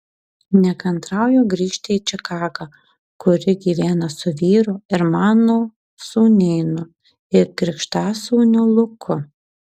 nekantrauju grįžti į čikagą kur ji gyvena su vyru ir mano sūnėnu ir krikštasūniu luku